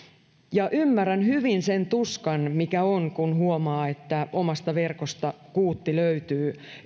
ymmärrän hyvin sen tuskan mikä on kun huomaa että omasta verkosta kuutti löytyy